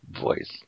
voice